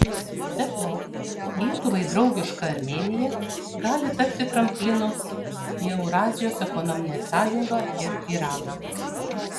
be to lietuvai draugiška armėnija gali tapti tramplinu į eurazijos ekonominę sąjungą ir iraną